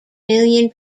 million